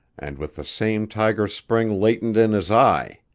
and with the same tiger spring latent in his eye.